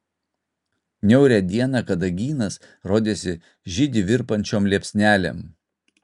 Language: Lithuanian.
niaurią dieną kadagynas rodėsi žydi virpančiom liepsnelėm